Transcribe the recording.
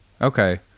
Okay